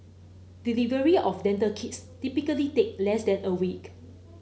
delivery of dental kits typically take less than a week